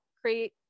create